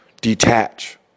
detach